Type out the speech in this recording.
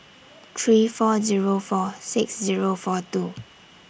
three four Zero four six Zero four two